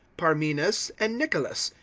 parmenas, and nicolas,